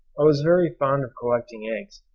i was very fond of collecting eggs,